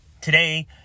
today